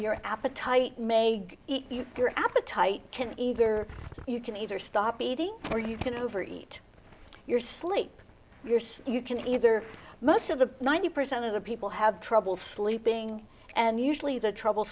your appetite may eat you your appetite can either you can either stop eating or you can over eat your sleep you're so you can either most of the ninety percent of the people have trouble sleeping and usually the trouble